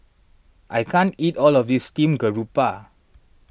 I can't eat all of this Steamed Garoupa